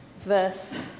verse